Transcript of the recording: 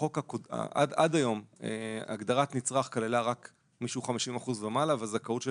עד היום הגדרת נצרך כללה רק מי שהוא 50 אחוזים ומעלה והזכאות של